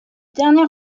dernier